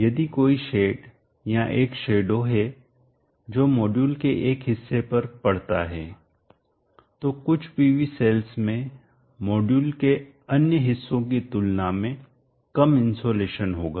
यदि कोई शेड छाया या एक शैडो परछाई है जो मॉड्यूल के एक हिस्से पर पड़ता है तो कुछ PV सेल्स में मॉड्यूल के अन्य हिस्सों की तुलना में कम इनसोलेशन होगा